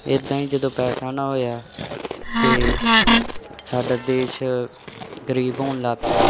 ਇੱਦਾਂ ਹੀ ਜਦੋਂ ਪੈਸਾ ਨਾ ਹੋਇਆ ਤਾਂ ਸਾਡਾ ਦੇਸ਼ ਗਰੀਬ ਹੋਣ ਲੱਗ ਪਿਆ